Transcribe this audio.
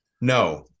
No